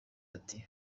ati